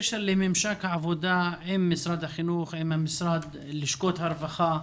באשר לממשק העבודה עם משרד החינוך ועם לשכות הרווחה.